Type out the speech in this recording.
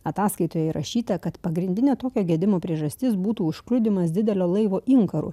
ataskaitoje įrašyta kad pagrindinė tokio gedimo priežastis būtų užkliudymas didelio laivo inkarų